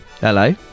Hello